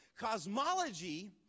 Cosmology